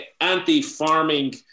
anti-farming